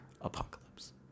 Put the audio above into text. apocalypse